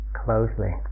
closely